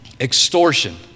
Extortion